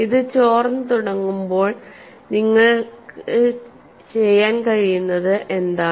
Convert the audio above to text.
ഇത് ചോർന്ന് തുടങ്ങുമ്പോൾ നിങ്ങൾക്ക് ചെയ്യാൻ കഴിയുന്നത് എന്താണ്